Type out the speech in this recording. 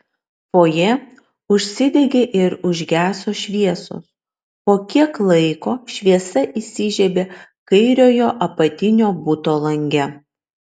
fojė užsidegė ir užgeso šviesos po kiek laiko šviesa įsižiebė kairiojo apatinio buto lange